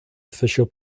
official